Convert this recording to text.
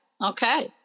okay